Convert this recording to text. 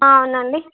అవునండి